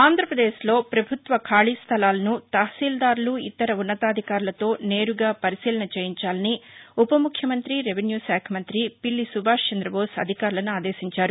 ఆంధ్రప్రదేశ్ లో ప్రభుత్వ ఖాళీ స్లలాలను తహశీల్దార్లు ఇతర ఉన్నతాధికారులతో నేరుగా పరిశీలన చేయించాలని ఉప ముఖ్యమంతి రెవెన్యూ శాఖ మంతి పిల్లి సుభాష్చందబోస్ అధికారులను ఆదేశించారు